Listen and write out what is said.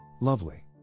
Lovely